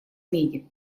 меди